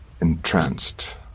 Entranced